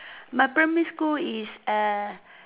my primary school is